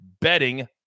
betting